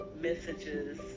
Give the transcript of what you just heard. messages